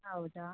ಹೌದಾ